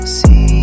see